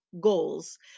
goals